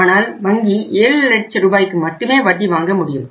ஆனால் வங்கி 7 லட்ச ரூபாய்க்கு மட்டுமே வட்டி வாங்க முடியும்